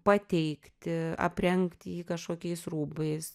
pateikti aprengti jį kažkokiais rūbais